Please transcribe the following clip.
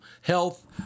health